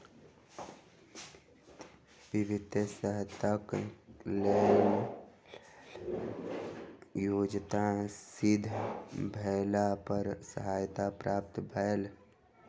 वित्तीय सहयताक लेल योग्यता सिद्ध भेला पर सहायता प्राप्त भेल